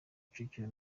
kicukiro